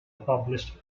published